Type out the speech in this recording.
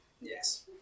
Yes